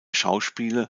schauspiele